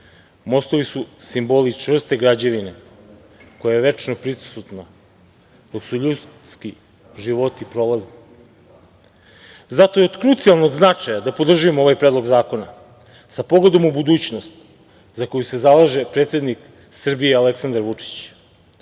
mostovi su simboli čvrste građevine, koja je večno prisutna, dok su ljudski životi prolazni. Zato je od krucijalnog značaja da podržimo ovaj predlog zakona sa pogledom u budućnost za koju se zalaže predsednik Srbije Aleksandar